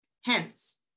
Hence